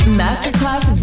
masterclass